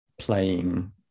playing